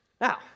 now